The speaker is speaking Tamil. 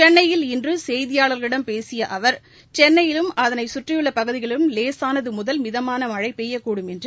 சென்னையில் இன்று செய்தியாளர்களிடம் பேசிய அவர் சென்னையிலும் அதனை கற்றியுள்ள பகுதிகளிலும் லேசானது முதல் மிதமான மழை பெய்யக்கூடும் என்று கூறினாா்